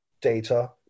data